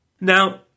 Now